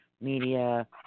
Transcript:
media